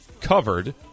covered